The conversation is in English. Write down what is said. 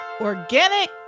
Organic